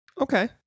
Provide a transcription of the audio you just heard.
Okay